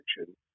action